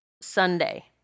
Sunday